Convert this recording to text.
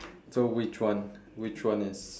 so which one which one is